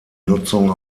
nutzung